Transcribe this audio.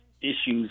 issues